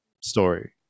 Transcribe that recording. story